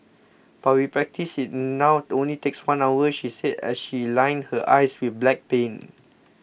but with practice it now only takes one hour she said as she lined her eyes with black paint